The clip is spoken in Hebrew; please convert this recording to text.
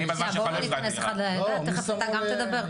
בואו לא ניכנס אחד לדבריו, תיכף גם אתה תדבר.